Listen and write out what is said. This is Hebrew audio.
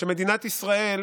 שמדינת ישראל,